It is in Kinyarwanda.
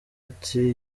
ati